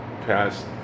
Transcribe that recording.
past